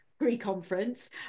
pre-conference